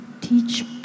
teach